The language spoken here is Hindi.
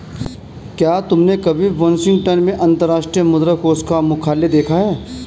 क्या तुमने कभी वाशिंगटन में अंतर्राष्ट्रीय मुद्रा कोष का मुख्यालय देखा है?